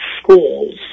schools